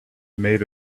made